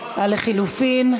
איילת נחמיאס ורבין,